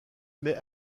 met